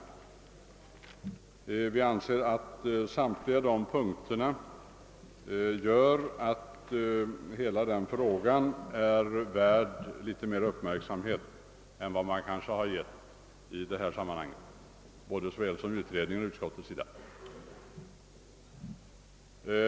Samtliga dessa punkter gör enligt vår mening att hela frågan är värd större uppmärksamhet än man ägnat den från såväl utredningens som utskottets sida.